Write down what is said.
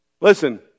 Listen